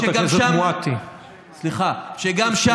שגם שם